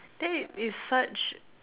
that is such